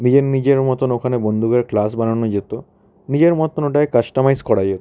নিজের নিজের মতন ওখানে বন্ধুদের ক্লাস বানানো যেত নিজের মতন ওটাকে কাস্টমাইজ করা যেত